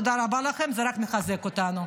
תודה רבה לכם, זה רק מחזק אותנו.